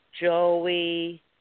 Joey